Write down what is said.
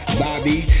bobby